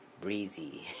Breezy